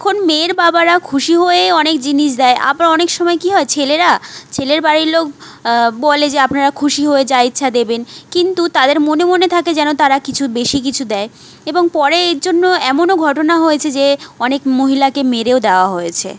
এখন মেয়ের বাবারা খুশি হয়ে অনেক জিনিস দেয় আবার অনেক সময় কি হয় ছেলেরা ছেলের বাড়ির লোক বলে যে আপনারা খুশি হয়ে যা ইচ্ছা দেবেন কিন্তু তাদের মনে মনে থাকে যেন তারা কিছু বেশি কিছু দেয় এবং পরে এর জন্য এমনও ঘটনা হয়েছে যে অনেক মহিলাকে মেরেও দেওয়া হয়েছে